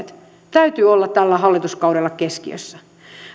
talouspoliittisten tavoitteiden täytyy olla tällä hallituskaudella keskiössä